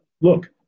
look